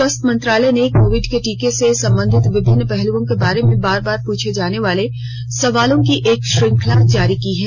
स्वास्थ्य मंत्रालय ने कोविड के टीके से संबंधित विभिन्न पहलुओं के बारे में बार बार पूछे जाने वाले सवालों की एक श्रृंखला जारी की है